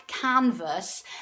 canvas